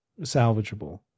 salvageable